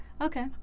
Okay